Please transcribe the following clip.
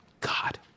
God